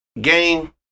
Game